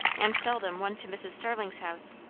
and seldom one to mrs. starling's house.